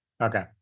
Okay